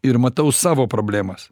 ir matau savo problemas